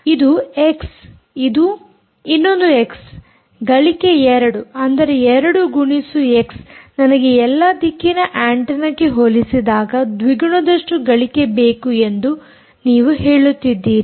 ಇದು ಎಕ್ಸ್ ಇದು ಇನ್ನೊಂದು ಎಕ್ಸ್ ಗಳಿಕೆ 2 ಅಂದರೆ 2 ಗುಣಿಸು ಎಕ್ಸ್ ನನಗೆ ಎಲ್ಲಾ ದಿಕ್ಕಿನ ಆಂಟೆನ್ನಕ್ಕೆ ಹೊಲಿಸಿದಾಗ ದ್ವಿಗುಣದಷ್ಟು ಗಳಿಕೆ ಬೇಕು ಎಂದು ನೀವು ಹೇಳುತ್ತಿದ್ದೀರಿ